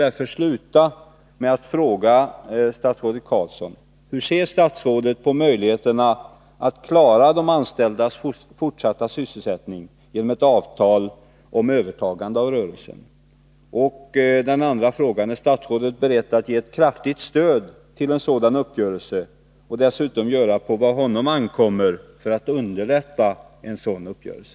Är statsrådet beredd att ge ett kraftigt stöd till en sådan uppgörelse och dessutom göra vad på honom ankommer för att underlätta en sådan uppgörelse?